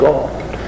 God